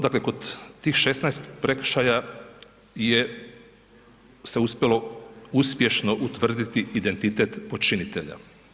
Dakle kod tih 16 prekršaja je se uspjelo uspješno utvrditi identitet počinitelja.